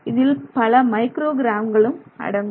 இதில் பல மைக்ரோகிராம்களும் அடங்கும்